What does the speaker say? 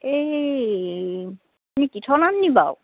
এই তুমি তীৰ্থনাথনি বাৰু